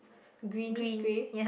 greenish grey